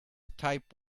type